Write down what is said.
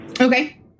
Okay